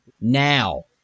now